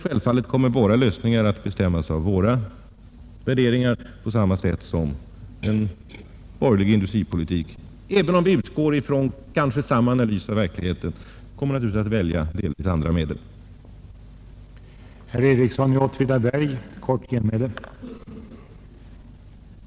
Givetvis kommer våra lösningar att bestämmas av våra värderingar, på samma sätt som en borgerlig industripolitik — även om vi kanske utgår från samma analys av verkligheten — kommer att välja andra medel och andra